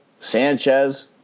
Sanchez